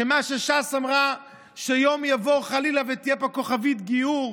ש"ס אמרה שיום יבוא וחלילה תהיה פה כוכבית גיור,